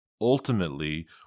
Ultimately